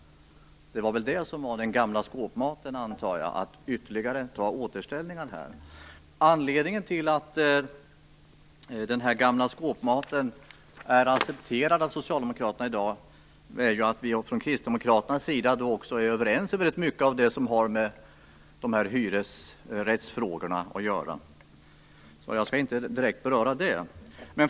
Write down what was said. Jag antar att den gamla skåpmaten bestod i ytterligare återställare. Anledningen till att den gamla skåpmaten är accepterad av Socialdemokraterna i dag är ju att vi från Kristdemokraternas sida är överens om väldigt mycket av det som har med hyresrättsfrågorna att göra. Därför skall jag inte direkt beröra dessa.